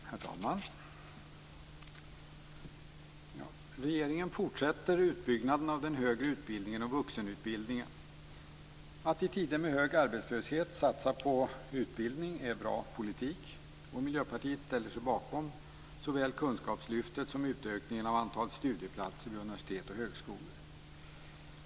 Herr talman! Regeringen fortsätter utbyggnaden av den högre utbildningen och vuxenutbildningen. Att i tider med hög arbetslöshet satsa på utbildning är bra politik. Miljöpartiet ställer sig bakom såväl kunskapslyftet som utökningen av antalet studieplatser vid universitet och högskolor.